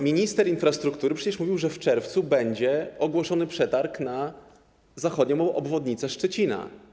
Minister infrastruktury mówił przecież, że w czerwcu będzie ogłoszony przetarg na zachodnią obwodnicę Szczecina.